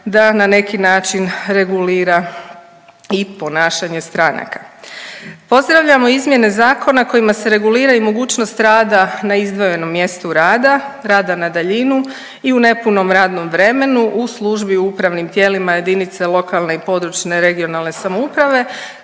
da na neki način regulira i ponašanje stranaka. Pozdravljamo izmjene zakona kojima se regulira i mogućnost rada na izdvojenom mjestu rada, rada na daljinu i u nepunom radnom vremenu u službi u upravnim tijelima jedinice lokalne i područne regionalne samouprave